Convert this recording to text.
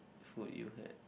food you had